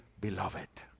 Beloved